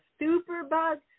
superbug